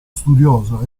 studioso